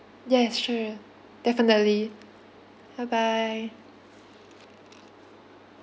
yes sure definitely bye bye